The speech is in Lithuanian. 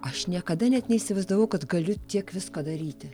aš niekada net neįsivaizdavau kad galiu tiek visko daryti